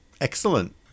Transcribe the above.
Excellent